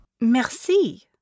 Merci